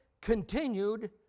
continued